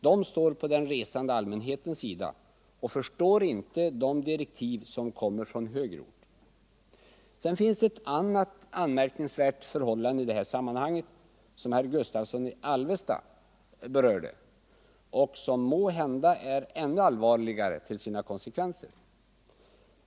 Den står på den resande allmänhetens sida och förstår inte de direktiv som kommer från högre ort. Det finns också ett annat anmärkningsvärt förhållande i detta sammanhang — det berördes också av herr Gustavsson i Alvesta — som måhända är ännu allvarligare till sina konsekvenser.